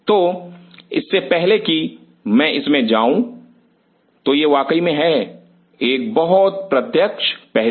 तो इससे पहले कि मैं इसमें जाऊं तो यह वाकई में है एक बहुत प्रत्यक्ष पहलू